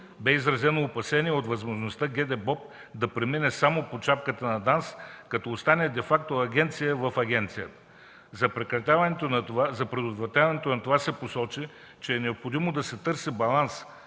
Бе изразено опасение от възможността ГДБОП да премине само под шапката на ДАНС като остане де факто агенция в агенция. За предотвратяването на това се посочи, че е необходимо да се търси баланс